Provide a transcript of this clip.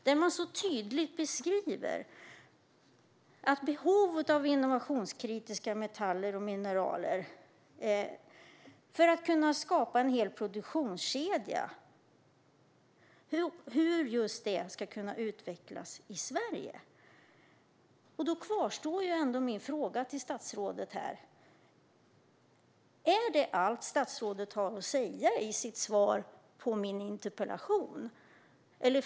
Där beskrivs tydligt behovet av innovationskritiska metaller och mineraler för att skapa en hel produktionskedja och en diskussion om hur den kan utvecklas i Sverige. Då kvarstår mina frågor till statsrådet: Är det allt statsrådet har att säga i sitt svar på min interpellation?